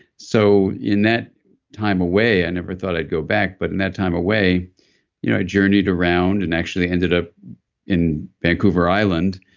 so in that time away, i never thought i'd go back, but in that time away, you know i journeyed around and actually ended up in vancouver island,